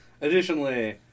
Additionally